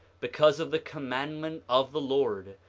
because of the commandment of the lord.